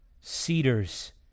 cedars